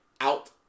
out